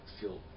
feel